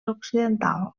occidental